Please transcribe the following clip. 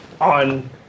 on